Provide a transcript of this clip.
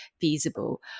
feasible